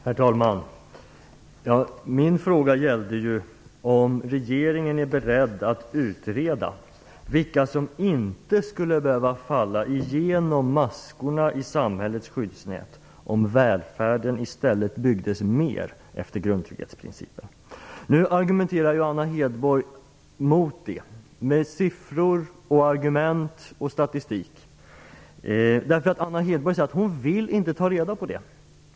Herr talman! Min fråga gällde om regeringen är beredd att utreda vilka som inte skulle behöva falla igenom maskorna i samhällets skyddsnät om välfärden i stället byggdes mer efter grundtrygghetsprincipen. Anna Hedborg argumenterar mot det med siffror, argument och statistik. Hon vill inte ta reda på det.